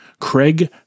craig